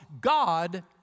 God